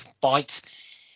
fight